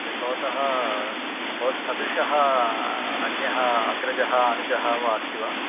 क्ते भवतः भवत् सदृशः अन्यः अग्रजः अनुजः वा अस्ति वा